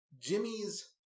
Jimmy's